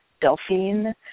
Delphine